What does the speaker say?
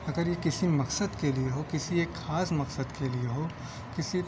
اگر یہ کسی مقصد کے لیے ہو کسی ایک خاص مقصد کے لیے ہو کسی